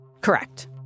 Correct